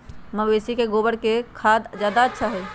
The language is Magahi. मवेसी के गोबर के खाद ज्यादा अच्छा होई?